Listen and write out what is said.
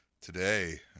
today